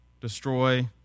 destroy